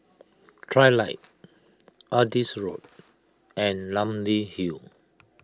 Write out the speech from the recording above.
Trilight Adis Road and Namly Hill